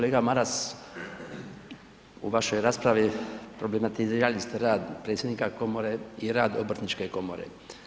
Kolega Maras, u vašoj raspravi problematizirali ste rad predsjednika komore i rad obrtničke komore.